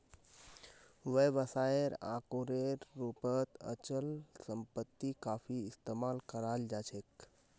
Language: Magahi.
व्यवसायेर आकारेर रूपत अचल सम्पत्ति काफी इस्तमाल कराल जा छेक